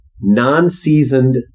non-seasoned